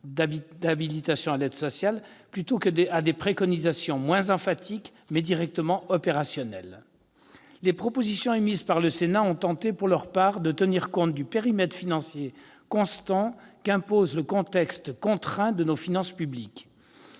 Il aurait été préférable de mettre en avant des préconisations moins emphatiques, mais directement opérationnelles. Les propositions émises par le Sénat s'efforcent, pour leur part, de tenir compte du périmètre financier constant qu'impose le contexte contraint de nos finances publiques.